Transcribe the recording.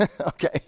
Okay